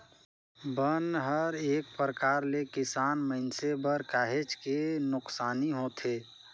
बन हर एक परकार ले किसान मइनसे बर काहेच के नुकसानी होथे